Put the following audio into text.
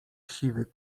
siwy